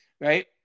right